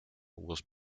was